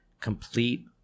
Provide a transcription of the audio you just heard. Complete